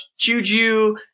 Juju